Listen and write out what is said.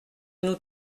nous